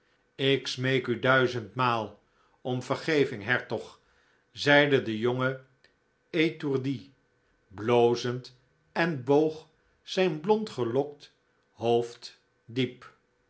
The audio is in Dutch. ik smeek u duizendmaal om vergeving hertog zeide de jonge etourdi blozend en boog zijn blond gelokt hoofd diep